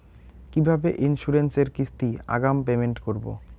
কিভাবে ইন্সুরেন্স এর কিস্তি আগাম পেমেন্ট করবো?